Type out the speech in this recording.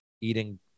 eating